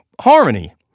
Harmony